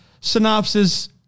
synopsis